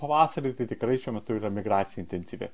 pavasariui tai tikrai šiuo metu yra migracija intensyvi